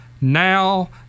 now